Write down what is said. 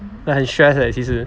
很 stressed leh 其实